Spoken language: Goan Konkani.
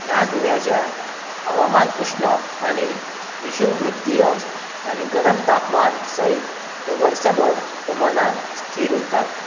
ह्या जुंव्याच्या हवामान उश्ण आनी विषुव वृत्तीय आनी गरम तापमान सयत तें वर्सभर ते मनान स्थिर उरता